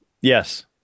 Yes